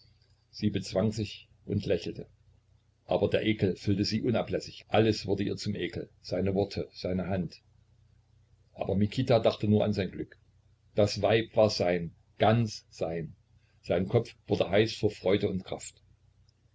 sie bezwang sich und lächelte aber der ekel füllte sie unablässig alles wurde ihr zum ekel seine worte seine hand aber mikita dachte nur an sein glück das weib war sein ganz sein sein kopf wurde heiß vor freude und kraft